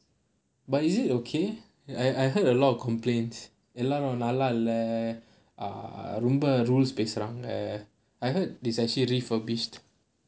but is it okay I I heard a lot of complaints எல்லாமே நல்லா இல்ல ரொம்ப:ellamae nallaa illa romba rules பேசுறாங்க:pesuraanga I heard this actually refurbished